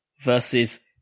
versus